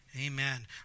Amen